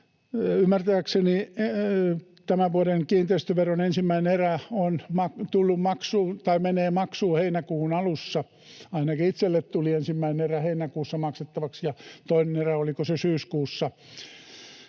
Ymmärtääkseni tämän vuoden kiinteistöveron ensimmäinen erä on tullut maksuun tai menee maksuun heinäkuun alussa. Ainakin itselleni tuli ensimmäinen erä heinäkuussa maksettavaksi ja toinen erä, oliko se, syyskuussa.